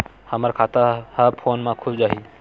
हमर खाता ह फोन मा खुल जाही?